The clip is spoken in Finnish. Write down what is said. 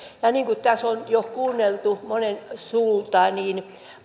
niin kuin tässä on jo kuunneltu moneen suuntaan niin